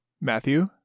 Matthew